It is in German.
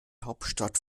hauptstadt